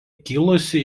kilusi